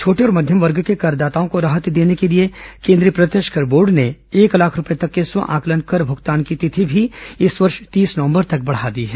छोटे और मध्यम वर्ग के करदाताओं को राहत देने के लिए केन्द्रीय प्रत्यक्ष कर बोर्ड ने एक लाख रुपये तक के स्व आंकलन कर भ्रगतान की तिथि भी इस वर्ष तीस नवंबर तक बढ़ा दी है